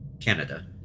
Canada